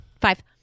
five